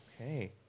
Okay